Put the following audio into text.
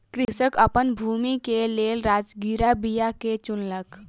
कृषक अपन भूमि के लेल राजगिरा बीया के चुनलक